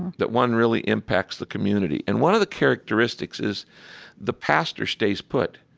that one really impacts the community? and one of the characteristics is the pastor stays put.